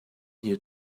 here